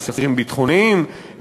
אסירים ביטחוניים,